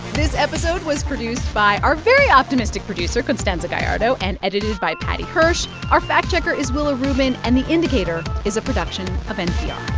this episode was produced by our very optimistic producer constanza gallardo and edited by paddy hirsch. our fact-checker is willa rubin. and the indicator is a production of npr